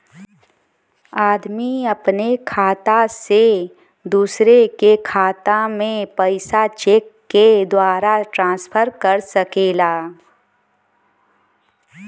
आदमी अपने खाता से दूसरे के खाता में पइसा चेक के द्वारा ट्रांसफर कर सकला